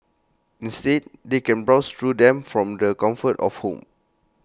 instead they can browse through them from the comfort of home